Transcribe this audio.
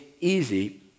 easy